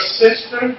sister